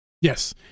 Yes